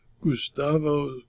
Gustavo